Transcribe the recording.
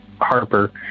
Harper